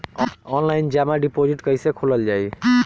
Online जमा deposit कैसे खोलल जाइ?